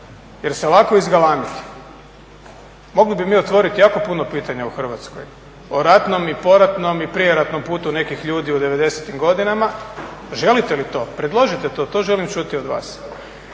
Jer se ovako izgalamiti, mogli bi mi otvoriti jako puno pitanja u Hrvatskoj o ratnom i poratnom i prijeratnom putu nekih ljudi u '90-im godinama. Želite li to? Predložite to, to želim čuti od vas.